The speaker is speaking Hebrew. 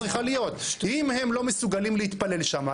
אם הם לא מסוגלים להתפלל שם,